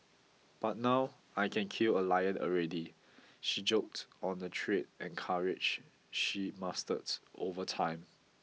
but now I can kill a lion already she joked on the trade and courage she mastered over time